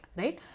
right